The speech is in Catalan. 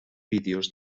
vídeos